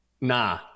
Nah